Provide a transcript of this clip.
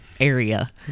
area